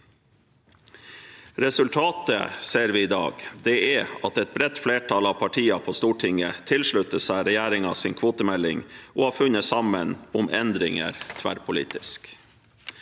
Resultatet ser vi i dag: Et bredt flertall av partiene på Stortinget tilslutter seg regjeringens kvotemelding og har funnet sammen om endringer tverrpolitisk.